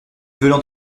veulent